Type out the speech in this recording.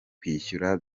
kwishyurwa